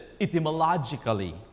etymologically